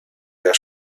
der